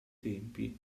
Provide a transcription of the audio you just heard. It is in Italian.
tempi